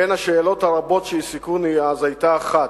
בין השאלות הרבות שהעסיקוני אז היתה אחת,